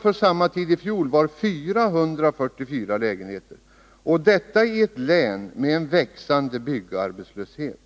för samma tid i fjol var 444 lägenheter. Denna utveckling äger alltså rum i ett län med en växande byggarbetslöshet.